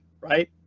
right